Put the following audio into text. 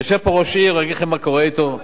יושב פה ראש עיר, הוא יגיד לכם מה קורה אתו.